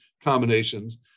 combinations